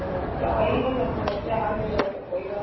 समस्या वही है जब समस्या हल हो जाए तो कोई बात नहीं